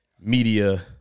Media